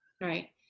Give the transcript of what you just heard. Right